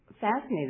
fascinated